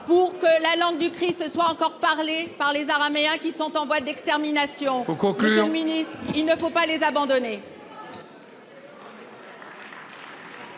pour que la langue du Christ soit encore parlée par les Araméens, qui sont en voie d’extermination. Il faut conclure ! Monsieur le ministre, il ne faut pas les abandonner.